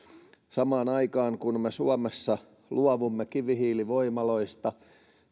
samaan aikaan kun me suomessa luovumme kivihiilivoimaloista niin